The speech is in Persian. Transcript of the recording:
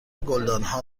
گلدانها